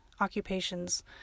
occupations